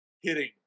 hitting